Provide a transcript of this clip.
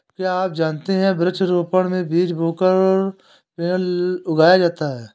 क्या आप जानते है वृक्ष रोपड़ में बीज बोकर पेड़ उगाया जाता है